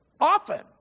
Often